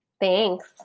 Thanks